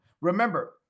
Remember